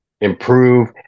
improve